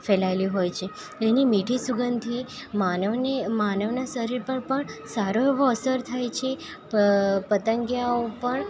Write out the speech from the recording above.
ફેલાયેલી હોય છે એની મીઠી સુગંધીથી માનવને માનવના શરીર પર પણ સારો એવો અસર થાય છે પતંગિયાઓ પણ